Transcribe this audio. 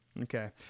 Okay